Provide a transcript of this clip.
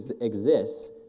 exists